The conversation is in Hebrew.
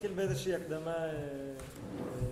נתחיל באיזשהי הקדמה..